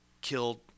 killed